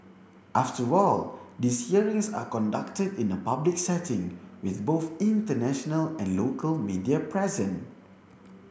after all these hearings are conducted in a public setting with both international and local media present